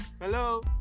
Hello